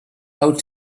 out